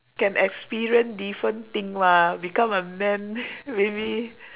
can experience different thing mah become a man maybe